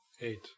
eight